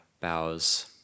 bows